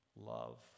love